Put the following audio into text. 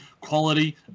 quality